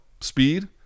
speed